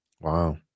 Wow